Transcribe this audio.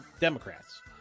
Democrats